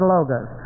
Logos